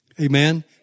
Amen